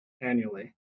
annually